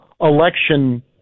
election